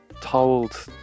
told